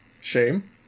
shame